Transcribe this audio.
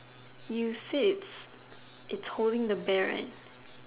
you said it's holding the bear right